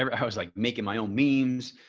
um i was like making my own memes,